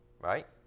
right